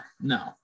no